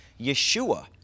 Yeshua